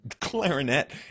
clarinet